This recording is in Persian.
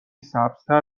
سبزتر